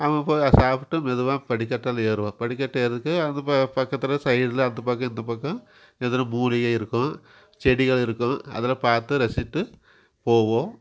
அங்கே போய் அதை சாப்பிட்டு மெதுவாக படிக்கட்டில் ஏறுவோம் படிக்கட்டு ஏறிட்டு அங்கே ப பக்கத்தில் சைடில் அந்த பக்கம் இந்த பக்கம் எதுனா மூலிகை இருக்கும் செடிகள் இருக்கும் அதெல்லாம் பார்த்து ரசிச்சுட்டு போவோம்